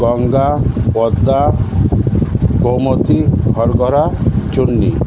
গঙ্গা পদ্মা গোমতী ঘরঘরা চূর্ণী